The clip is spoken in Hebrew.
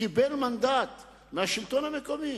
קיבל מנדט מהשלטון המקומי,